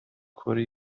کره